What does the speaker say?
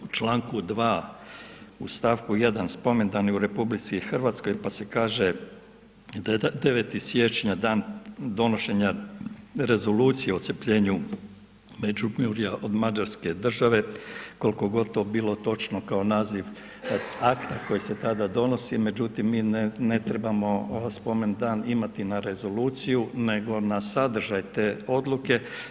U članku 2. stavku 1. spomendani u RH pa se kaže da je 9. siječnja Dan donošenja Rezolucije o odcjepljenju Međimurja od Mađarske države, koliko god to bilo točno kao naziv akta koji se tada donosi, međutim mi ne trebamo spomendan imati na rezoluciju nego na sadržaj te odluke.